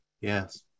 Yes